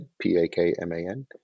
P-A-K-M-A-N